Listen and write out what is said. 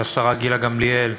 השרה גילה גמליאל,